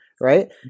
Right